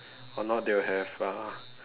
or not they will have uh